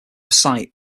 site